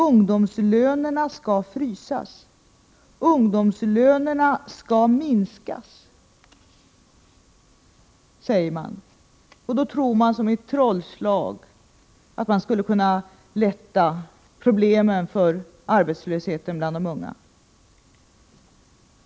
Ungdomslönerna skall frysas och minskas, säger man, och då tror man sig med ett trollslag lätta problemen med arbetslösheten bland de unga.